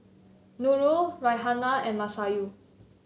Nurul Raihana and Masayu